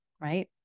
right